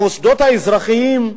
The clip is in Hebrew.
המוסדות האזרחיים,